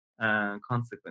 consequence